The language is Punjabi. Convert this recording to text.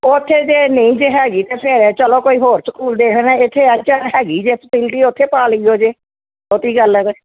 ਉੱਥੇ ਜੇ ਨਹੀਂ ਜੇ ਹੈਗੀ ਅਤੇ ਫਿਰ ਚਲੋ ਕੋਈ ਹੋਰ ਸਕੂਲ ਦੇਖਣੇ ਇੱਥੇ ਐੱਚ ਆਰ ਹੈਗੀ ਜੇ ਫਸਲਿਟੀ ਉੱਥੇ ਪਾ ਲਈਓ ਜੇ ਬਹੁਤੀ ਗੱਲ ਹੈ ਤਾਂ